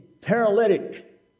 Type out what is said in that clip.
paralytic